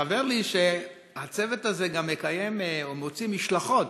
התחוור לי שהצוות הזה גם מוציא משלחות